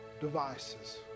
devices